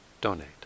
donate